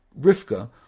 Rivka